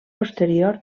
posterior